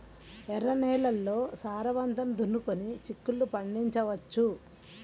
ఎర్ర నేలల్లో సారవంతంగా దున్నుకొని చిక్కుళ్ళు పండించవచ్చు